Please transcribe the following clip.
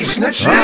Snitch